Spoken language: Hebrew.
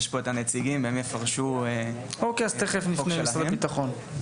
יש פה נציגים, הם יפרשו, חוק שלהם.